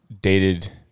dated